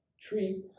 treat